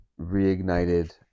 reignited